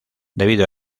debido